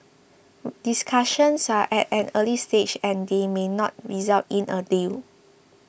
discussions are at an early stage and they may not result in a deal